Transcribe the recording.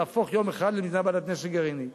להפוך יום אחד למדינה בעלת נשק גרעיני.